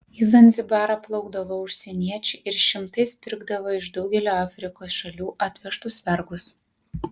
į zanzibarą plaukdavo užsieniečiai ir šimtais pirkdavo iš daugelio afrikos šalių atvežtus vergus